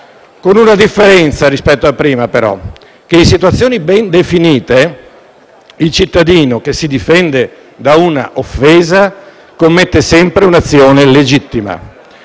con una differenza rispetto al passato: in situazioni ben definite, il cittadino che si difende da un'offesa commette sempre un'azione legittima.